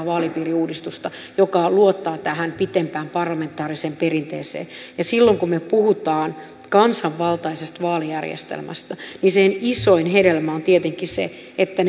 vaalipiiriuudistusta joka luottaa tähän pitempään parlamentaariseen perinteeseen silloin kun me puhumme kansanvaltaisesta vaalijärjestelmästä niin sen isoin hedelmä on tietenkin se että